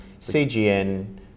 CGN